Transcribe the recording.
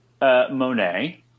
Monet